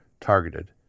targeted